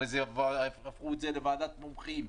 הפכו את זה לוועדת מומחים,